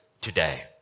today